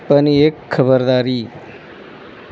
पण एक खबरदारी